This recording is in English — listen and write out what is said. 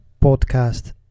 podcast